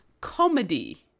comedy